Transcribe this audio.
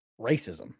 racism